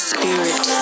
Spirit